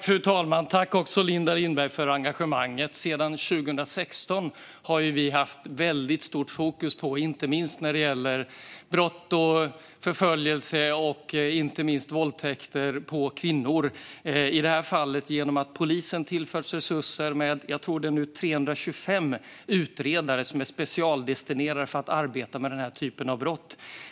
Fru talman! Tack, Linda Lindberg, för engagemanget! Sedan 2016 har vi haft väldigt stort fokus på inte minst brott, förföljelse och inte minst våldtäkter på kvinnor, i det här fallet genom att polisen tillförs resurser. Jag tror att det nu är 325 utredare som är specialdestinerade för att arbeta med den här typen av brott.